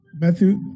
Matthew